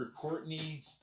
Courtney